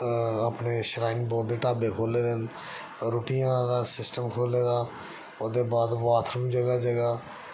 अपने shrine board दे ढाबे खोह्ले दे न रुट्टियें दा सिस्टम खोह्ले दा ओह्दे बाद बाथरूम जगह जगह